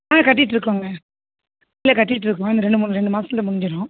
ஆ கட்டிகிட்ருக்கோங்க இல்லை கட்டிகிட்ருக்கோம் இன்னும் ரெண்டு மூணு ரெண்டு மாதத்துல முடிஞ்சிடும்